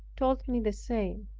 told me the same.